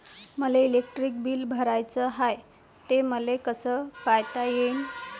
मले electric bill भराचं हाय, ते मले कस पायता येईन?